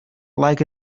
like